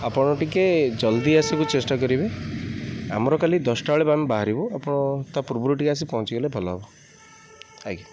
ଆପଣ ଟିକେ ଜଲ୍ଦି ଆସିବାକୁ ଚେଷ୍ଟା କରିବେ ଆମର କାଲି ଦଶଟା ବେଳେ ଆମେ ବାହାରିବୁ ଆପଣ ତା'ପୂର୍ବରୁ ଟିକେ ଆସି ପହଞ୍ଚିଗଲେ ଭଲ ହବ ଆଜ୍ଞା